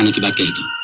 and janaki